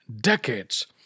decades